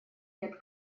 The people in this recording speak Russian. лет